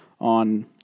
on